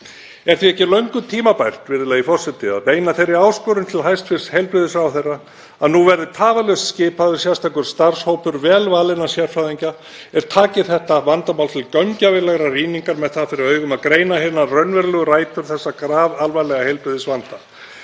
Er því ekki löngu tímabært, virðulegi forseti, að beina þeirri áskorun til hæstv. heilbrigðisráðherra að nú verði tafarlaust skipaður sérstakur starfshópur vel valinna sérfræðinga er taki þetta vandamál til gaumgæfilegrar rýningar með það fyrir augum að greina hinar raunverulegu rætur þessa grafalvarlega heilbrigðisvanda?